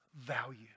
value